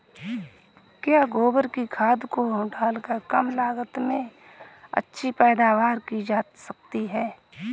क्या गोबर की खाद को डालकर कम लागत में अच्छी पैदावारी की जा सकती है?